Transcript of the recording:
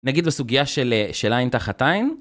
נגיד לסוגיה של עין תחת עין.